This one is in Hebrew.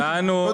תודה.